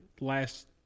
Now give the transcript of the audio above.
last